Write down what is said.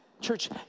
Church